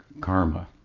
karma